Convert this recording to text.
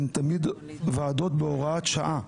הן תמיד ועדות בהוראת שעה,